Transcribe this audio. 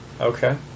Okay